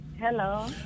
Hello